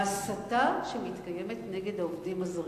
זה ההסתה שמתקיימת נגד העובדים הזרים.